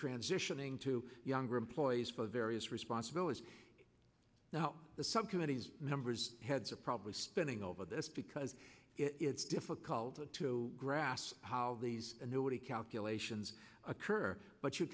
transitioning to younger employees for various responsibilities now the subcommittee's members heads are probably spending over this because it's difficult to grasp how these annuity calculations occur but you